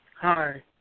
Hi